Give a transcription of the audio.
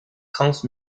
trans